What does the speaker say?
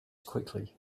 quickly